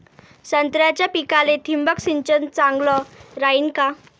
संत्र्याच्या पिकाले थिंबक सिंचन चांगलं रायीन का?